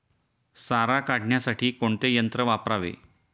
सारा काढण्यासाठी कोणते यंत्र वापरावे?